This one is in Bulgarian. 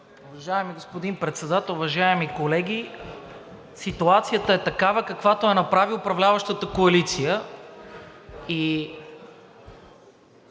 Уважаеми господин Председател, уважаеми колеги! Ситуацията е такава, каквато я направи управляващата коалиция.